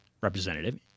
Representative